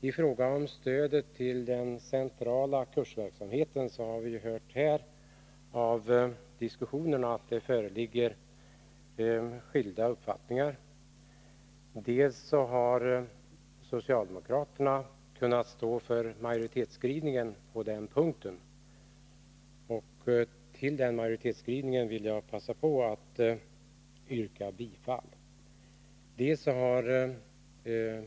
I fråga om stödet till den centrala kursverksamheten föreligger dock skilda uppfattningar, vilket också har framgått av diskussionen. Socialdemokraterna står här för majoritetens skrivning, och jag skall passa på tillfället att nu yrka bifall till utskottets hemställan på den punkten.